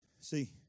See